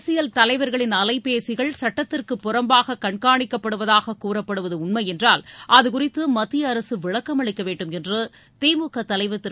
அரசியல் தலைவர்களின் அலைபேசிகள் சட்டத்திற்குப் புறம்பாக கண்காணிக்கப்படுவதாக கூறப்படுவது உண்மை என்றால் அது குறித்து மத்திய அரசு விளக்கம் அளிக்க வேண்டும் என்று திமுக தலைவர் திரு